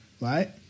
right